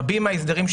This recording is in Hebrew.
רבים ההסדרים,